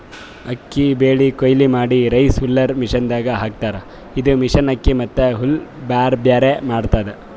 ಅಕ್ಕಿ ಬೆಳಿ ಕೊಯ್ಲಿ ಮಾಡಿ ರೈಸ್ ಹುಲ್ಲರ್ ಮಷಿನದಾಗ್ ಹಾಕ್ತಾರ್ ಇದು ಮಷಿನ್ ಅಕ್ಕಿ ಮತ್ತ್ ಹುಲ್ಲ್ ಬ್ಯಾರ್ಬ್ಯಾರೆ ಮಾಡ್ತದ್